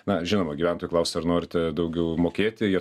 na žinoma gyventojų klausi ar norite daugiau mokėti jie